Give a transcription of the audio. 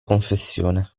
confessione